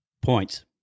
points